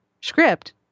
script